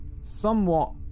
somewhat